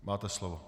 Máte slovo.